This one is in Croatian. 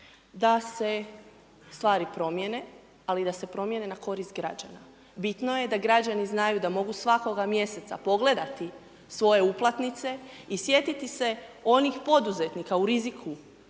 da se stvari promijene, ali da se promijene na korist građana. Bitno je da građani znaju da mogu svakoga mjeseca pogledati svoje uplatnice i sjetiti se onih poduzetnika u riziku